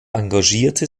engagierte